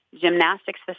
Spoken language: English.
gymnastics